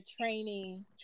training